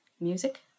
Music